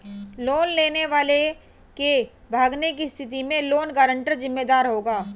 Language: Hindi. लोन लेने वाले के भागने की स्थिति में लोन गारंटर जिम्मेदार होगा